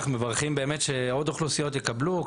אנחנו מברכים על כך שעוד אוכלוסיות יקבלו,